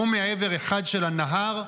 הוא מעבר אחד של הנהר,